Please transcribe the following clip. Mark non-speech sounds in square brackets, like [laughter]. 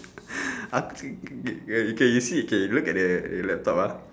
[noise] okay you see okay look at the the laptop ah